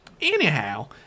Anyhow